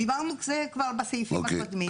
ודיברנו על זה כבר בסעיפים הקודמים.